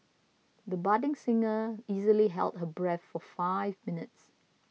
the budding singer easily held her breath for five minutes